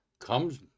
comes